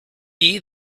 year